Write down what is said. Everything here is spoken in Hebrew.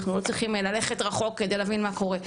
אנחנו לא צריכים ללכת רחוק כדי להבין מה קורה,